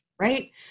right